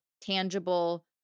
tangible